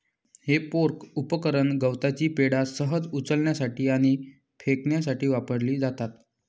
हे फोर्क उपकरण गवताची पेंढा सहज उचलण्यासाठी आणि फेकण्यासाठी वापरली जातात